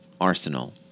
Arsenal